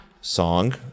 song